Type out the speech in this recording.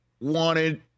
wanted